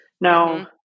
Now